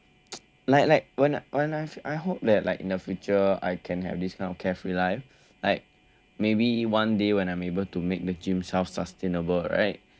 like like when I I hope that like in the future I can have this kind of carefree life like maybe one day when I'm able to make the gym self sustainable right